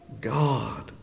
God